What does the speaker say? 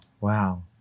Wow